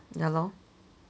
ya lor